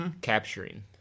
capturing